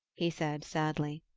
he said sadly.